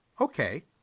Okay